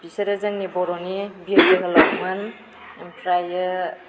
बिसोरो जोंनि बर'नि बिर जोहोलावमोन ओमफ्राय